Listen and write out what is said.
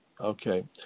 okay